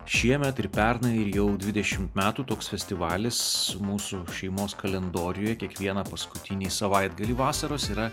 šiemet ir pernai ir jau dvidešimt metų toks festivalis mūsų šeimos kalendoriuj kiekvieną paskutinį savaitgalį vasaros yra